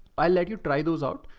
i let you try those out.